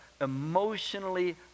emotionally